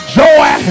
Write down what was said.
joy